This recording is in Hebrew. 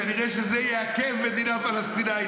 כנראה שזה יעכב מדינה פלסטינית.